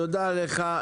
תודה לך.